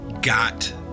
got